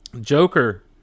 Joker